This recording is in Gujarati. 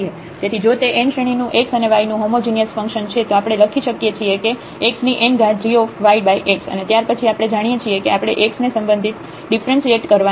તેથી જો તે n શ્રેણી નું x અને y નું હોમોજિનિયસ ફંક્શન છે તો આપણે લખી શકીએ છીએ કે xngyx અને ત્યાર પછી આપણે જાણીએ છીએ કે આપણે x ને સંબંધિત ડિફ્રન્સિએટ કરવાનું છે